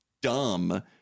dumb